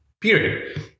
period